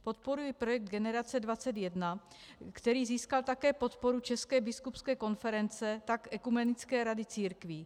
Podporuji projekt Generace 21, který získal jak podporu České biskupské konference, tak Ekumenické rady církví.